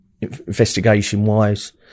Investigation-wise